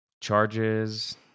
charges